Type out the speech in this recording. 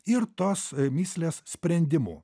ir tos mįslės sprendimu